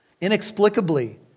inexplicably